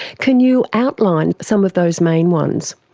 can you outline some of those main ones?